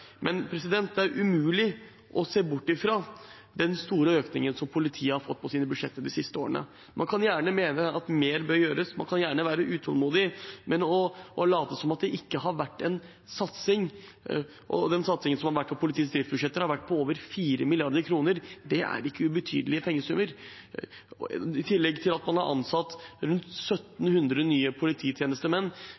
Men det er umulig å se bort fra den store økningen politiet har fått på sine budsjetter de siste årene. Man kan gjerne mene at mer bør gjøres, man kan gjerne være utålmodig, men man kan ikke late som det ikke har vært en satsing. Den satsingen som har vært på politiets driftsbudsjetter, har vært på over 4 mrd. kr – det er ikke ubetydelige pengesummer – i tillegg til at man har ansatt rundt